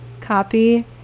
copy